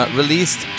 released